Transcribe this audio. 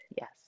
Yes